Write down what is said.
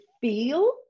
feel